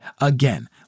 again